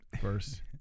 first